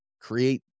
create